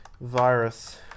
virus